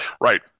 Right